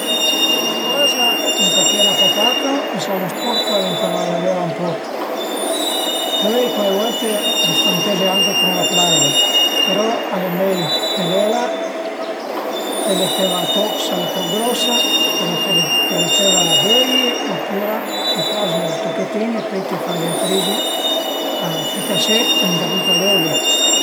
Për prima coza ëntà pìé 'na patata e s'al e sporca ëntà lavela ën poch, pöi cuai volte a s'fan cözi anche cun la plaia, però al e mei pelela, pöle fela a toch s'al e tro grosa, pöle fela pöle fela böi opüra t'ie faze a tochetin e pöi t'ie faze frigi fricasé ëndrinta a l'öli